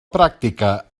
pràctica